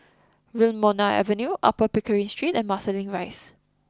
Wilmonar Avenue Upper Pickering Street and Marsiling Rise